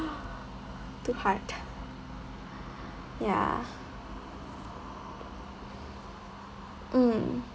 too hard ya mm